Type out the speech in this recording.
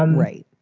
um right.